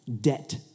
Debt